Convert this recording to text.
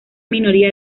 minoría